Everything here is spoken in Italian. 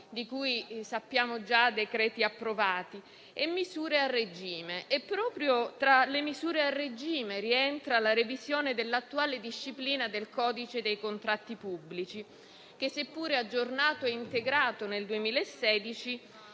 - conosciamo già i decreti approvati - e misure a regime. Proprio tra le misure a regime rientra la revisione dell'attuale disciplina del codice dei contratti pubblici, che, seppure aggiornato e integrato nel 2016,